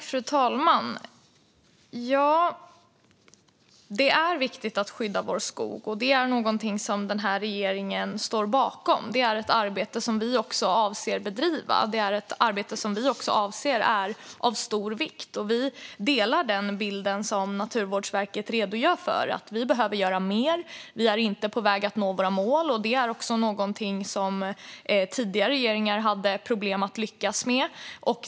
Fru talman! Ja, det är viktigt att skydda vår skog, och det är något som den här regeringen står bakom. Det är ett arbete som vi avser att bedriva. Det är också ett arbete som vi anser är av stor vikt. Vi delar den bild som Naturvårdsverket redogör för - att vi behöver göra mer. Vi är inte på väg att nå våra mål. Det är något som även tidigare regeringar hade problem att lyckas med.